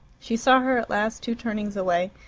she saw her at last, two turnings away,